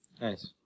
Nice